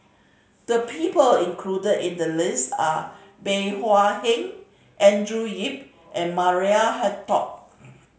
the people included in the list are Bey Hua Heng Andrew Yip and Maria Hertogh